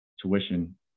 tuition